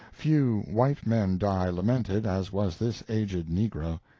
few white men die lamented as was this aged negro.